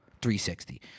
360